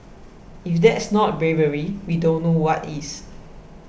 if that's not bravery we don't know what is